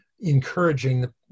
encouraging